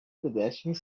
pedestrian